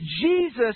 Jesus